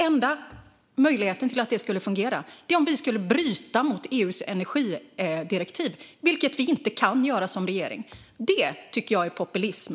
Enda möjligheten till att det skulle fungera är om vi skulle bryta mot EU:s energidirektiv, vilket vi inte kan göra som regering. Att göra så tycker jag vore populism.